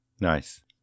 Nice